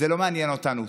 זה לא מעניין אותנו,